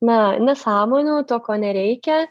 na nesąmonių to ko nereikia